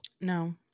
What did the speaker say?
no